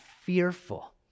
fearful